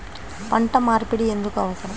పంట మార్పిడి ఎందుకు అవసరం?